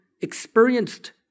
experienced